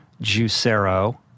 Juicero